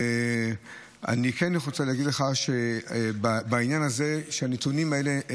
אני רוצה להגיד לך בעניין הזה שהנתונים האלה,